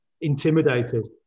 intimidated